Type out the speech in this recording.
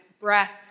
breath